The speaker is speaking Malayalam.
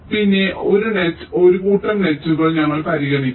പിന്നെ ഒരു നെറ് ഒരു കൂട്ടം നെറ്റുകൾ ഞങ്ങൾ പരിഗണിക്കും